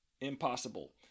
impossible